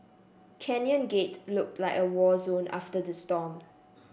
Canyon Gate looked like a war zone after the storm